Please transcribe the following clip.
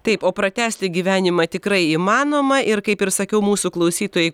taip o pratęsti gyvenimą tikrai įmanoma ir kaip ir sakiau mūsų klausytojai